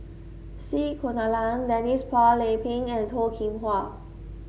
C Kunalan Denise Phua Lay Peng and Toh Kim Hwa